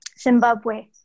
Zimbabwe